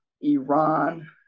Iran